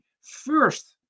First